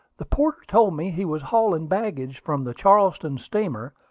the porter told me he was hauling baggage from the charleston steamer,